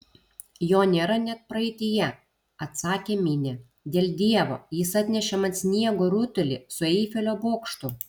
jo nėra net praeityje atsakė minė dėl dievo jis atnešė man sniego rutulį su eifelio bokštu